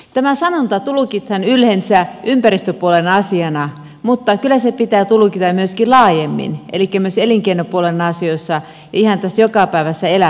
tämä sanonta tulkitaan yleensä ympäristöpuolen asiana mutta kyllä se pitää tulkita myöskin laajemmin elikkä myös elinkeinopuolen asioissa ihan tässä jokapäiväisessä elämässä